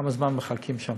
כמה זמן מחכים שם.